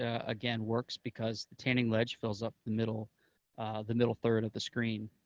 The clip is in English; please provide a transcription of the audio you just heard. ah again, works because tanning ledge fills up the middle the middle third of the screen.